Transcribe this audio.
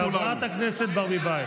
חברת הכנסת ברביבאי.